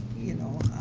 you know,